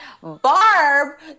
Barb